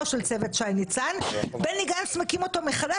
של צוות שי ניצן בני גנץ מקים אותו מחדש,